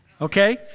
Okay